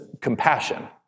compassion